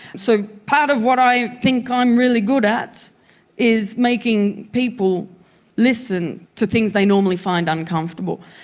so part of what i think i'm really good at is making people listen to things they normally find uncomfortable.